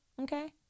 okay